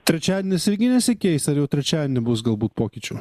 trečiadienis irgi nesikeis ar jau trečiadienį bus galbūt pokyčių